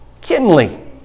Kinley